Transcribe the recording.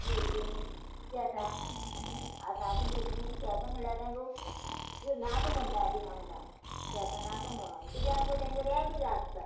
भुरगीं शेतां भुरगीं आतांचीं भुरगीं शेतां म्हणल्यार तेंकां नाका म्हणटा तीं आमकां शेतां नाका म्हणोन कित्याक तेंकां रेबें लागता